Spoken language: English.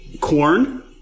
corn